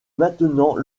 maintenant